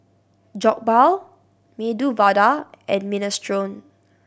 Jokbal Medu Vada and Minestrone